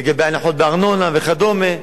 לגבי הנחות בארנונה וכדומה,